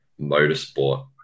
Motorsport